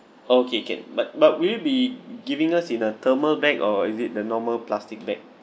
okay can but but will you be giving us in a thermal bag or is it the normal plastic bag